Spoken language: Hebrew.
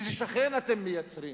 איזה שכן אתם מייצרים?